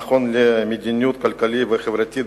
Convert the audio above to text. המכון למדיניות כלכלית וחברתית,